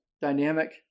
dynamic